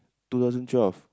two thousand twelve